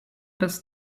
does